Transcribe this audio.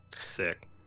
Sick